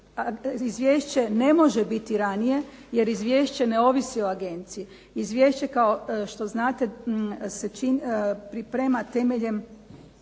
Izvješće ne može biti ranije, jer izvješće ne ovisi o agenciji. Izvješće kao što znate se priprema temeljem